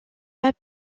pas